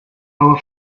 our